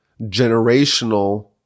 generational